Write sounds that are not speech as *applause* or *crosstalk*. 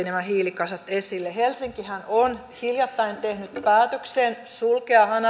*unintelligible* nämä hiilikasat esille helsinkihän on hiljattain tehnyt päätöksen sulkea